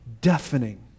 deafening